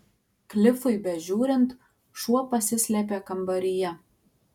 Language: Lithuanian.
klifui bežiūrint šuo pasislėpė kambaryje